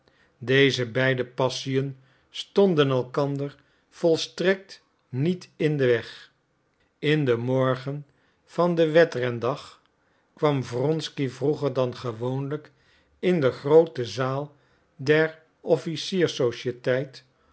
deze beide passiën stonden elkander volstrekt niet in den weg in den morgen van den wedrendag kwam wronsky vroeger dan gewoonlijk in de groote zaal der